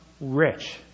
rich